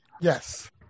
Yes